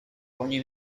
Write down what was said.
ogni